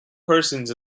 persons